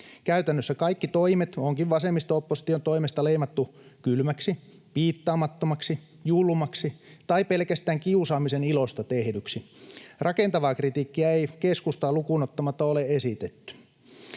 Käytännössä kaikki toimet onkin vasemmisto-opposition toimesta leimattu kylmäksi, piittaamattomaksi, julmaksi tai pelkästään kiusaamisen ilosta tehdyksi. Rakentavaa kritiikkiä ei keskustaa lukuun ottamatta ole esitetty.